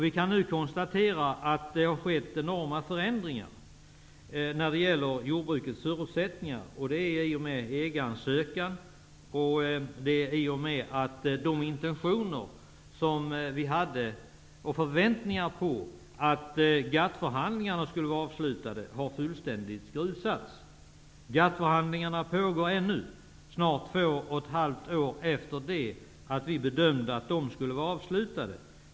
Vi kan nu konstatera att det har skett enorma förändringar när det gäller jordbrukets förutsättningar, i och med EG-ansökan och i och med att våra förväntningar om att GATT förhandlingarna skulle avslutas fullständigt har grusats. GATT-förhandlingarna pågår ännu, snart två och ett halvt år efter det att de enligt våra bedömmningar skulle vara avslutade.